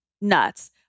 nuts